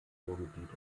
ruhrgebiet